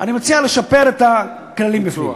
אני מציע לשפר את הכללים בפנים.